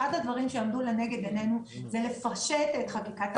אחד הדברים שעמדו לנגד עינינו היה לפשט את החקיקה.